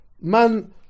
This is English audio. man